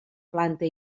planta